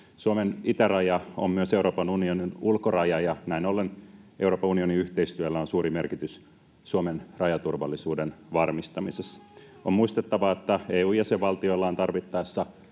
Suomen itäraja on myös Euroopan unionin ulkoraja, ja näin ollen Euroopan unionin yhteistyöllä on suuri merkitys Suomen rajaturvallisuuden varmistamisessa. On muistettava, että EU:n jäsenvaltioilla on tarvittaessa